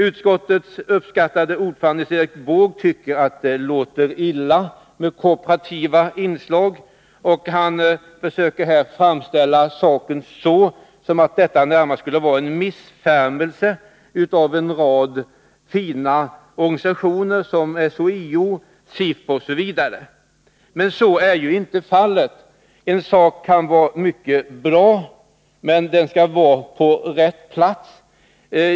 Utskottets uppskattade ordförande Nils Erik Wååg tycker att det låter illa med korporativa inslag, och han försöker här framställa saken som om detta närmast skulle vara en missfirmelse av en rad fina organisationer som SHIO, SIF osv. Så är inte fallet. En sak kan vara mycket bra, men den skall ha rätt plats.